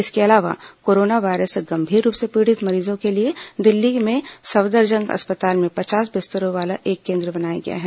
इसके अलावा coronavirus से गंभीर रूप से पीड़ित मरीजों के लिये दिल्ली में सफदरजंग अस्पताल में पचास बिस्तरों वाला एक केन्द्र बनाया गया है